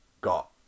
got